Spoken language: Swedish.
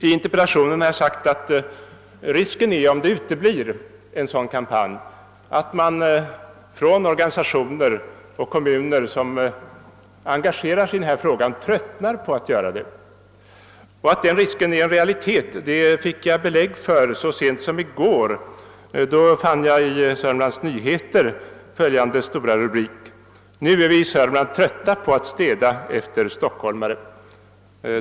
I interpellationen har jag framhållit att risken, om en sådan kampanj uteblir, är att man i organisationer och kommuner, som engagerar sig i denna fråga, tröttnar på att göra det. Att den risken är en realitet fick jag belägg för så sent som i går. Då fann jag i Södermanlands Nyheter följande stora rubrik: »Nu är vi i Södermanland trötta på att städa efter stockholmare».